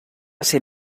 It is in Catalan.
ser